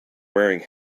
wearing